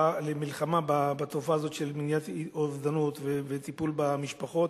למלחמה בתופעה הזאת של אובדנות וטיפול במשפחות,